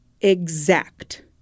exact